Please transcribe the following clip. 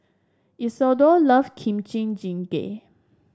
Isidor love Kimchi Jjigae